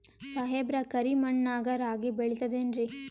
ಸಾಹೇಬ್ರ, ಕರಿ ಮಣ್ ನಾಗ ರಾಗಿ ಬೆಳಿತದೇನ್ರಿ?